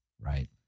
right